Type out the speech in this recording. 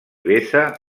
vessa